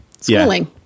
schooling